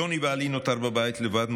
יוני בעלי נותר בבית לבד,